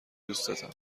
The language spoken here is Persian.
دوستتم